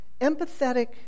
empathetic